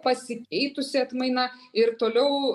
pasikeitusi atmaina ir toliau